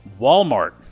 Walmart